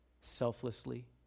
selflessly